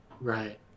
Right